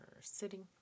sitting